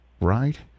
Right